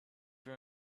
were